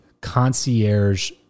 concierge